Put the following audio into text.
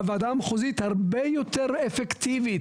הוועדה המחוזית הרבה יותר אפקטיבית.